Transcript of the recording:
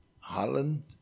Holland